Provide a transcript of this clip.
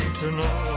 tonight